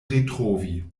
retrovi